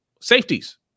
Safeties